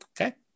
Okay